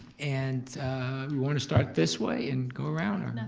and we wanna start this way and go around?